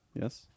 Yes